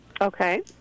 Okay